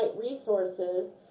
resources